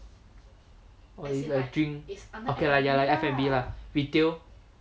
it's a drink okay lah ya lah ya lah under F&B lah retail